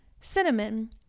cinnamon